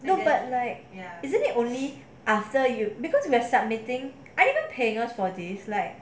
no but like isn't it only after you because you have submitting are they paying us for this like